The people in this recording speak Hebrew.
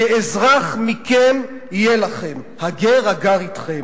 כאזרח מכם יהיה לכם הגר הגר אתכם.